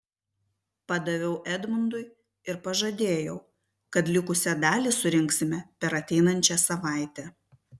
padaviau edmundui ir pažadėjau kad likusią dalį surinksime per ateinančią savaitę